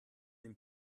den